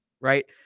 Right